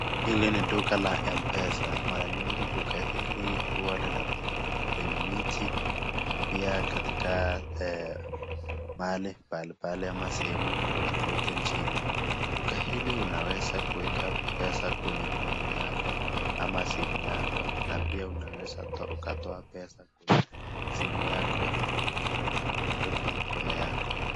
Hili ni duka la Mpesa, mara nyingi duka hili huwa linapatikana kwenye miji, na pia katika he mahali mbali mbali katika sehemu kotekote nchini, duka hili unaweza kueka pesa kwenye rununu yako, ama simu yako, na pia unaweza ukatoa pesa kwenye simu yako ili ikuje kwenye mkono yako.